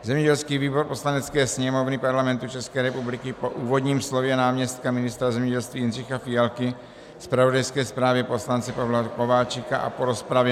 Zemědělský výbor Poslanecké sněmovny Parlamentu ČR po úvodním slově náměstka ministra zemědělství Jindřicha Fialky, zpravodajské zprávě poslance Pavla Kováčika a po rozpravě